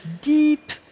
deep